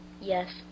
Yes